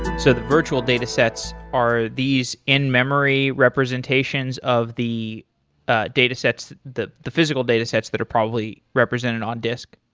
so the virtual datasets are these in-memory representations of the ah datasets, the the physical datasets that are probably represented on disk.